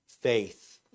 faith